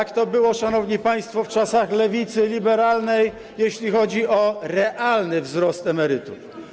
Jak to było, szanowni państwo, w czasach lewicy liberalnej, jeśli chodzi o realny wzrost emerytur?